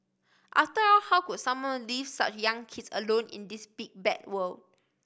after all how could someone leave such young kids alone in this big bad world